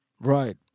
Right